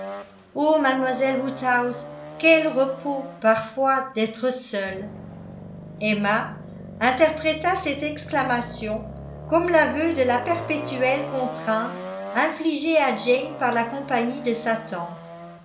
oh mademoiselle woodhouse quel repos parfois d'être seule emma interpréta cette exclamation comme l'aveu de la perpétuelle contrainte infligée à jane par la compagnie de sa